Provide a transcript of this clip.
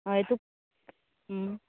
हय तुका